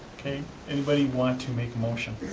okay, anybody want to make a motion?